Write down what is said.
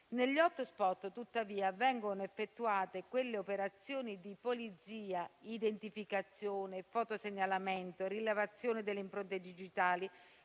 Negli *hotspot,* tuttavia, vengono effettuate quelle operazioni di polizia (identificazione, fotosegnalamento e rilevazione delle impronte digitali